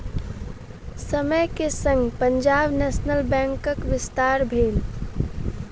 समय के संग पंजाब नेशनल बैंकक विस्तार भेल